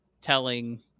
telling